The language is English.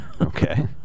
Okay